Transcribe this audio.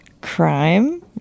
Crime